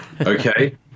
Okay